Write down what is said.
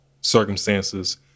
circumstances